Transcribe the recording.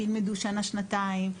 שילמדו שנה-שנתיים,